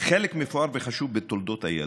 חלק מפואר וחשוב בתולדות היהדות.